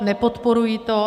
Nepodporuji to.